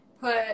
put